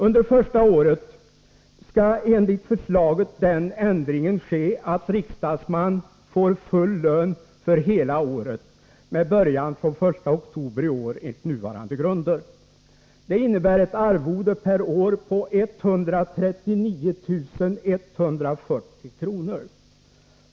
Under första året skall enligt förslaget den ändringen ske att riksdagsman får full lön för hela året med början från 1 oktober i år enligt nuvarande grunder. Det innebär ett arvode per år på 139 140 kr.